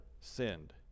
sinned